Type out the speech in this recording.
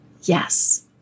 yes